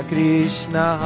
Krishna